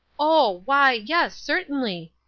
oh, why, yes, certainly,